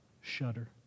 shudder